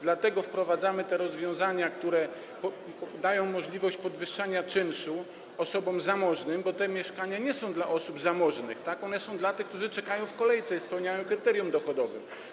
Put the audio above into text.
Dlatego wprowadzamy rozwiązania, które dają możliwość podwyższania czynszu osobom zamożnym, bo te mieszkania nie są dla osób zamożnych, one są dla tych, którzy czekają w kolejce i spełniają kryterium dochodowe.